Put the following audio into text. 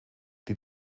die